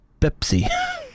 Pepsi